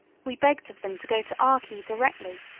we begged of them to go to our key directly,